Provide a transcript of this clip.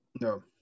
No